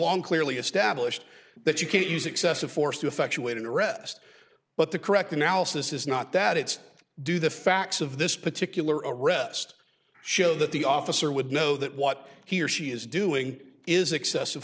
long clearly established that you can't use excessive force to effectuate an arrest but the correct analysis is not that it's due the facts of this particular arrest show that the officer would know that what he or she is doing is excessive